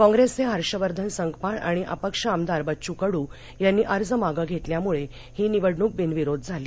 कॉग्रेसचे हर्षवर्धन संकपाळ आणि अपक्ष आमदार बच्चू कडू यांनी अर्ज मागे घेतल्यामुळे ही निवडणूक बिनविरोध झाली